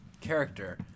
character